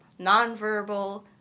nonverbal